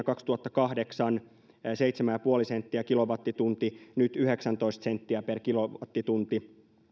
kaksituhattakahdeksan sähkönsiirto seitsemän pilkku viisi senttiä kilowattitunti nyt yhdeksäntoista senttiä per kilowattitunti